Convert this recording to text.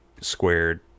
squared